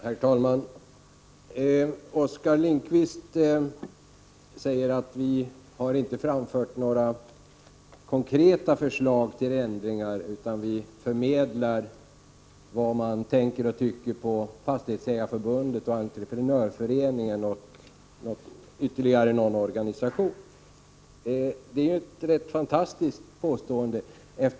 Herr talman! Oskar Lindkvist säger att vi inte har framfört några konkreta förslag till ändringar. Vi bara förmedlar vad man tänker och tycker inom Fastighetsägareförbundet, Entreprenörföreningen och ytterligare någon organisation. Det är ett rätt fantastiskt påstående.